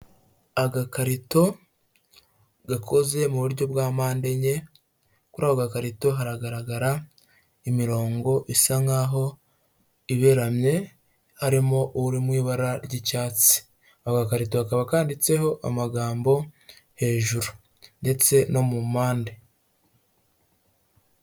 Agakarito gakoze mu buryo bwa mpamde enye kuri ako gakarito haragaragara imirongo isa nkaho iberamye harimo uri mu ibara ry'icyatsi , agakarito ka kaba kanditseho amagambo hejuru ndetse no mu mpande.